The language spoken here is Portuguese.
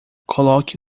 coloque